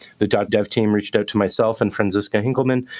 the dev team reached out to myself and franziska hinkelmann,